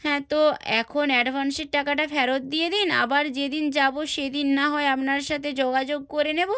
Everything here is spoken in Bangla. হ্যাঁ তো এখন অ্যাডভান্সের টাকাটা ফেরত দিয়ে দিন আবার যেদিন যাব সেদিন না হয় আপনার সাথে যোগাযোগ করে নেব